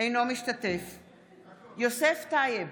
אינו משתתף בהצבעה יוסף טייב,